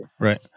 Right